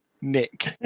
Nick